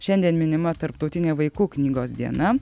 šiandien minima tarptautinė vaikų knygos diena